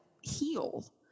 heal